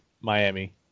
Miami